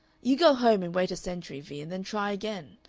you go home and wait a century, vee, and then try again.